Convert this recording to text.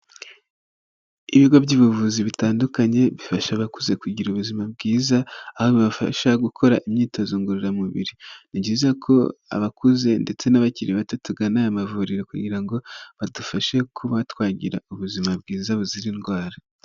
Ibigo by'ubuvuzi bitandukanye bifasha abakuze kugira ubuzima bwiza, aho bibafasha gukora imyitozo ngororamubiri. Ni byiza ko abakuze ndetse n'abakiri bato tugana aya mavuriro kugira ngo badufashe kuba twagira ubuzima bwiza buzira indwara.